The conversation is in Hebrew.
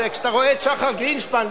כשאתה רואה את שחר גרינשפן,